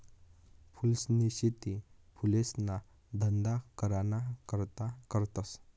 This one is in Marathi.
फूलसनी शेती फुलेसना धंदा कराना करता करतस